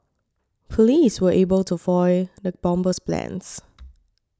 police were able to foil the bomber's plans